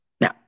Now